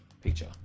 picture